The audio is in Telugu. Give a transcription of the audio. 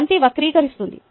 బంతి వక్రీకరిస్తుంది